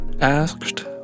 Asked